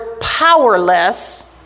powerless